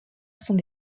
sont